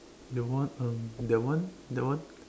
you want um that one that one